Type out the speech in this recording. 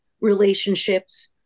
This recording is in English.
relationships